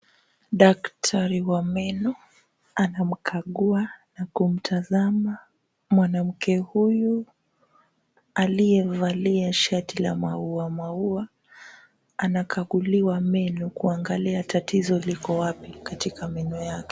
Daktari wa meno anakumkagua na kumtazama mwanamke huyu aliyevalia shati la mauamaua anakaguliwa meno kuangalia tatizo liko wapi katika meno yake.